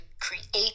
create